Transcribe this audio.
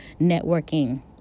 networking